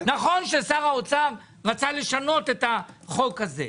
נכון ששר האוצר רצה לשנות את החוק הזה,